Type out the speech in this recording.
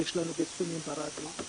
יש לנו פרסומים ברדיו,